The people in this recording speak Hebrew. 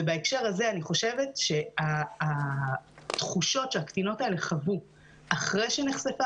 ובהקשר הזה אני חושבת שהתחושות שהקטינות האלה חוו אחרי שנחשפה